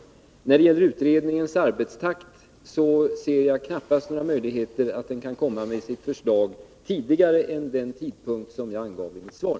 När det gäller utredningens arbetstakt ser jag knappast några möjligheter att utredningen kan komma med sitt förslag tidigare än vid den tidpunkt som jag angav i mitt svar.